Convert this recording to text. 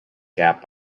gap